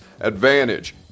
Advantage